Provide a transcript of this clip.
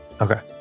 Okay